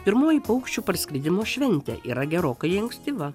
pirmoji paukščių parskridimo šventė yra gerokai ankstyva